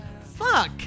Fuck